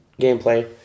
gameplay